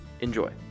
Enjoy